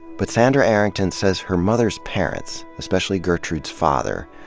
but sandra arrington says her mother s parents, especially gertrude's father,